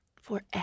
Forever